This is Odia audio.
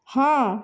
ହଁ